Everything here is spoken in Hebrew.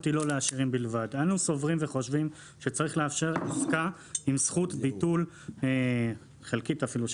אנו סוברים וחושבים שצריך לאפשר עסקה עם זכות ביטול חלקית אפילו,